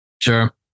Sure